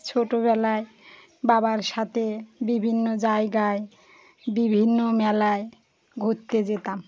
ছোটোবেলায় বাবার সাথে বিভিন্ন জায়গায় বিভিন্ন মেলায় ঘুরতে যেতাম